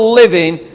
living